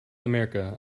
america